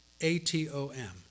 A-T-O-M